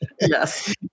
yes